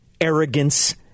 arrogance